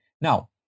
Now